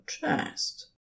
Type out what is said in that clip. chest